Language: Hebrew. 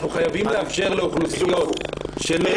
אנחנו חייבים לאפשר לאוכלוסיות --- בדיוק הפוך,